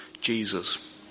Jesus